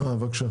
בבקשה.